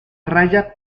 raya